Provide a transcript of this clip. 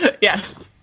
Yes